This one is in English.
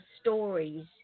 stories